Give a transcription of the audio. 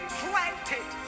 planted